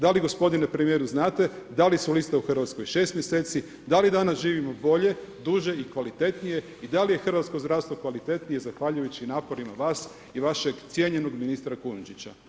Da li, gospodine premijeru znate, da li su liste u RH 6 mjeseci, da li danas živom bolje, duže i kvalitetnije i da li je hrvatsko zdravstvo kvalitetnije zahvaljujući naporima vas i vašeg cijenjenog ministra Kujundžića.